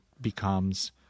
becomes